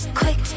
quick